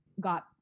got